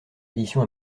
édition